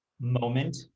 moment